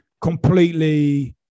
completely